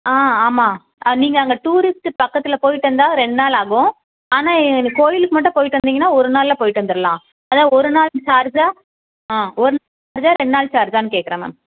ஆமாம் அது நீங்கள் அங்கே டூரிஸ்ட்டு பக்கத்தில் போய்விட்டு வந்தால் ரெண்டுநாள் ஆகும் ஆனால் கோயிலுக்கு மட்டும் போய்விட்டு வந்திங்கனால் ஒரு நாளில் போய்விட்டு வந்துடலாம் அதுதான் ஒருநாள் சார்ஜ்சாக ஒரு நாள் இது ரெண்டுநாள் சார்ஜானு கேட்குறேன் மேம்